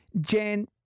Jan